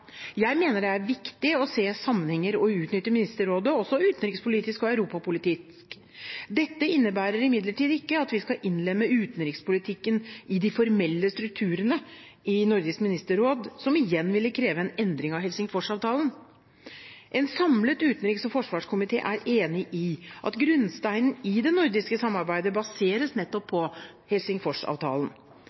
Jeg mener det er viktig å se sammenhenger og utnytte Ministerrådet også utenrikspolitisk og europapolitisk. Dette innebærer imidlertid ikke at vi skal innlemme utenrikspolitikken i de formelle strukturene i Nordisk ministerråd, som igjen ville kreve en endring av Helsingforsavtalen. En samlet utenriks- og forsvarskomité er enig i at grunnsteinen i det nordiske samarbeidet baseres nettopp på Helsingforsavtalen.